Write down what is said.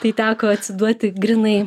tai teko atsiduoti grynai